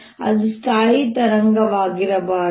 ಅದು ಸ್ಥಾಯಿ ತರಂಗವಾಗಿರಬಹುದು